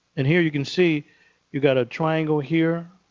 and here you can see you've got a triangle here,